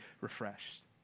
refreshed